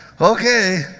okay